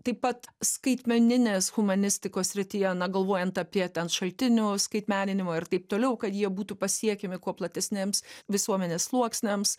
taip pat skaitmeninės humanistikos srityje negalvojant apie ten šaltinių skaitmeninimo ir taip toliau kad jie būtų pasiekiami kuo platesnėms visuomenės sluoksniams